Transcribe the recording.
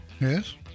yes